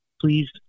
please